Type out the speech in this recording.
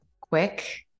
quick